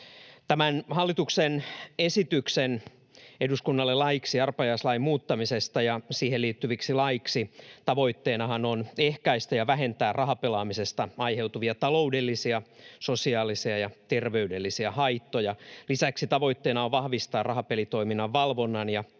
Tämän hallituksen esityksen eduskunnalle laiksi arpajaislain muuttamisesta ja siihen liittyviksi laeiksi tavoitteenahan on ehkäistä ja vähentää rahapelaamisesta aiheutuvia taloudellisia, sosiaalisia ja terveydellisiä haittoja. Lisäksi tavoitteena on vahvistaa rahapelitoiminnan valvontaa ja